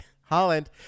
Holland